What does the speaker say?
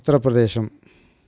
உத்ரப்பிரதேசம்